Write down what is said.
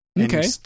Okay